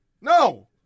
No